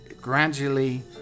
Gradually